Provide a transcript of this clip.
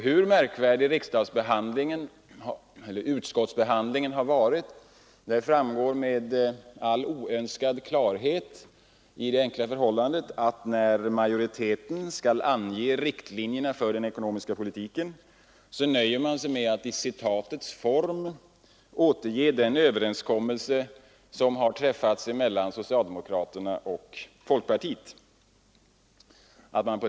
Hur märkvärdig utskottsbehandlingen varit framgår med all oönskad klarhet av det enkla förhållandet att utskottsmajoriteten när den skall dra upp riktlinjerna för den ekonomiska politiken nöjer sig med att i citatets form återge den överenskommelse som träffats mellan socialdemokraterna och folkpartiet.